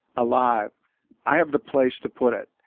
alive i have the place to put it.